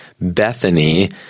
Bethany